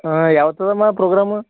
ಹಾಂ ಯಾವತ್ತು ಅದಮ ಪ್ರೋಗ್ರಾಮು